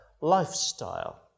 lifestyle